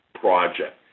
project